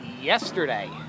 yesterday